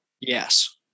Yes